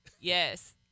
Yes